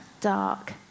dark